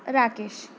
Rakesh